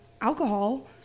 alcohol